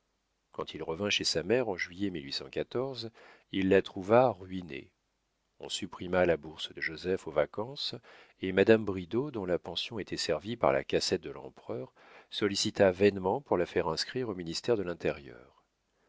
quand il revint chez sa mère en juillet il la trouva ruinée on supprima la bourse de joseph aux vacances et madame bridau dont la pension était servie par la cassette de l'empereur sollicita vainement pour la faire inscrire au ministère de l'intérieur